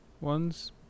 ones